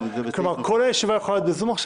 כלומר, כל הישיבה יכולה להיות בזום?